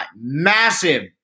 massive